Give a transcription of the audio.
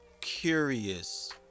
curious